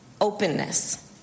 openness